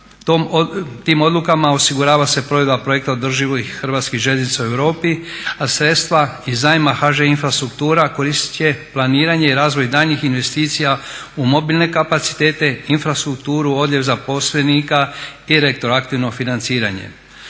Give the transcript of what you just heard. Tim odlukama osigurava se provedba projekta održivih Hrvatskih željeznica u Europi, a sredstva iz zajma HŽ Infrastruktura koristit će planiranje i razvoj daljnjih investicija u mobilne kapacitete, infrastrukturu, odljev zaposlenika i retroaktivno financiranje.